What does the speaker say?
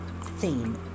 theme